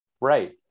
Right